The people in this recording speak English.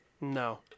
No